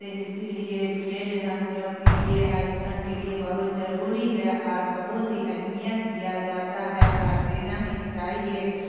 تو اسی لیے کھیل ہم لوگ کے لیے ہر انسان کے لیے بہت ضروری ہے اور بہت ہی اہمیت دیا جاتا ہے اور دینا ہی چاہیے